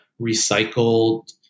recycled